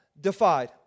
defied